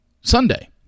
Sunday